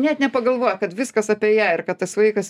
net nepagalvoja kad viskas apie ją ir kad tas vaikas